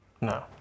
no